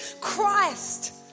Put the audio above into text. Christ